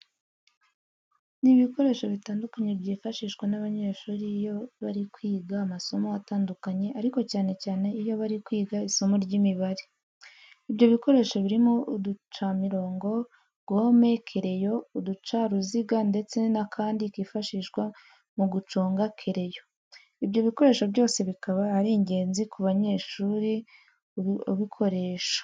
Ni ibikoresho bitandukanye byifashishwa n'abanyeshuri iyo bari kwiga amasomo atandukanye ariko cyane cyane iyo bari kwiga isomo ry'Imibare. Ibyo bikoresho birimo uducamirongo, gome, kereyo, uducaruziga ndetse n'akandi kifashishwa mu guconga kereyo. Ibyo bikoresho byose bikaba ari ingenzi ku munyeshuri ubikoresha.